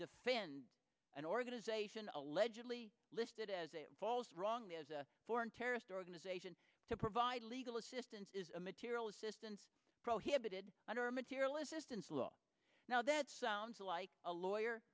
defend an organization allegedly listed as a false wrong as a foreign terrorist organization to provide legal assistance is a material assistance prohibited under material assistance law now that sounds like a lawyer